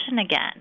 again